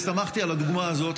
שמחתי על הדוגמה הזאת,